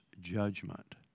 judgment